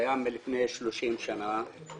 העסק קיים מלפני 30 שנים.